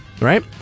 right